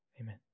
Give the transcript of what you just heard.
Amen